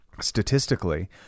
statistically